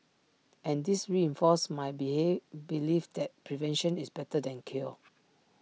and this reinforced my behave belief that prevention is better than cure